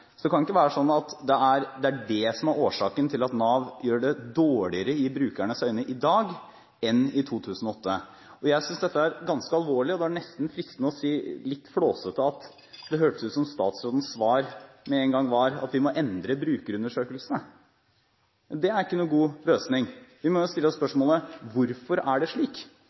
Det kan ikke være sånn at det er det som er årsaken til at Nav gjør det dårligere i brukernes øyne i dag enn i 2008. Jeg synes dette er ganske alvorlig, og det er nesten fristende å si – litt flåsete – at det hørtes ut som statsrådens svar med en gang var: Vi må endre brukerundersøkelsene. Det er ikke noen god løsning. Vi må jo stille oss spørsmålet: Hvorfor er det slik?